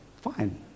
fine